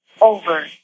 Over